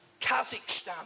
Kazakhstan